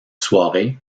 soirée